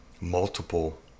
multiple